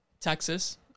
Texas